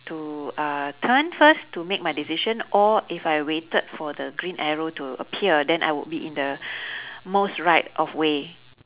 to uh turn first to make my decision or if I waited for the green arrow to appear then I would be in the most right of way